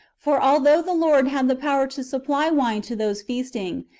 for although the lord had the power to supply wine to those feasting,